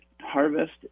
harvest